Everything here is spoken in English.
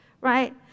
Right